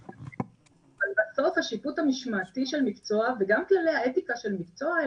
אבל בסוף השיפוט המשמעתי של מקצוע וגם כללי האתיקה של מקצוע,